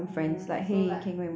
ah so like